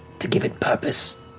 to give it purpose.